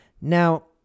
Now